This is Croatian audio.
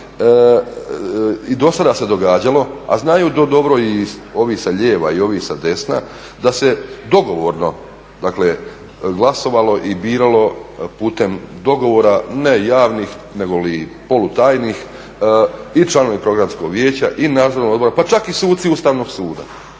i dosada se događalo, a znaju to dobro i ovi sa lijeva i ovi sa desna da se dogovorno glasovalo i biralo putem dogovora ne javnih negoli polutajnih i članove Programskog vijeća i Nadzornog odbora pa čak i suci Ustavnog suda.